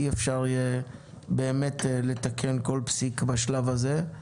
אי אפשר יהיה לתקן כל פסיק בשלב הזה.